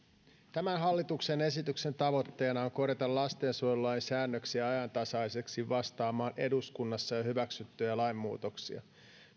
tämän hallituksen esityksen tavoitteena on korjata lastensuojelulain säännöksiä ajantasaiseksi vastaamaan eduskunnassa jo hyväksyttyjä lainmuutoksia